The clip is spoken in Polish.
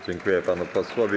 Dziękuję panu posłowi.